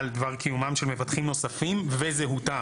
על דבר קיומם של מבטחים נוספים וזהותם',